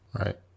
right